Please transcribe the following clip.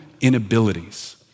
inabilities